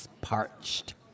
parched